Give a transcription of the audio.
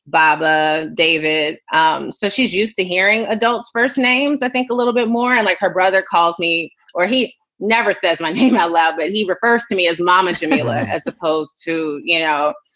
bob, ah david. um so she's used to hearing adults first names. i think a little bit more i like her brother calls me or he never says my name out loud, but he refers to me as mom and jamila as opposed to, you know.